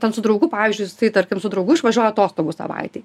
ten su draugu pavyzdžiui jisai tarkim su draugu išvažiuoja atostogų savaitei